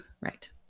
Right